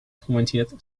twentieth